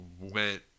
went